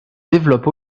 développe